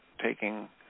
taking